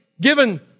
given